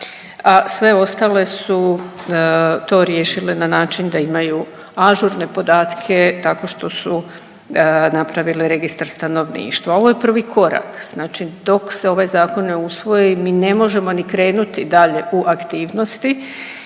sve ostale su to riješile na način da imaju ažurne podatke tako što su napravile registar stanovništva. Ovo je prvi korak. Znači dok se ovaj zakon ne usvoji mi ne možemo ni krenuti dalje u aktivnosti